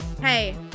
Hey